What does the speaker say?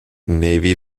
navy